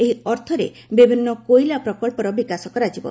ଏହି ଅର୍ଥରେ ବିଭିନ୍ନ କୋଇଲା ପ୍ରକଳ୍ପର ବିକାଶ କରାଯିବ